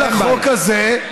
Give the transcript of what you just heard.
כל החוק הזה,